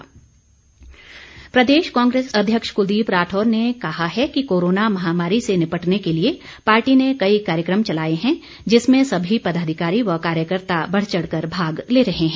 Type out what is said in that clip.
कांग्रेस प्रदेश कांग्रेस अध्यक्ष कुलदीप राठौर ने कहा है कि कोरोना महामारी से निपटने के लिए पार्टी ने कई कार्यक्रम चलाए हैं जिसमें सभी पदाधिकारी व कार्यकर्ता बढ़चढ़ कर भाग ले रहे हैं